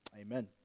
Amen